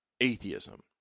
atheism